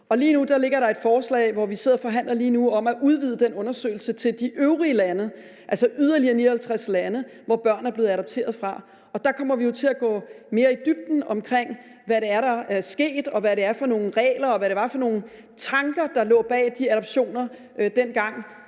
lige nu ligger der et forslag, hvor vi sidder og forhandler om at udvide den undersøgelse til de øvrige lande, altså yderligere 59 lande, hvorfra børn er blevet adopteret, og der kommer vi jo til at gå mere i dybden omkring, hvad der er sket, hvad det er for nogle regler, og hvad der var for nogle tanker, der lå bag de adoptioner dengang.